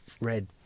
red